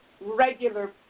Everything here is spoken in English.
regular